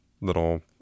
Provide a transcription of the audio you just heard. little